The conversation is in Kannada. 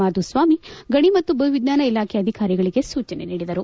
ಮಾಧುಸ್ವಾಮಿ ಗಣಿ ಮತ್ತು ಭೂ ವಿಜ್ವಾನ ಇಲಾಖೆಯ ಅಧಿಕಾರಿಗೆ ಸೂಚನೆ ನೀಡಿದರು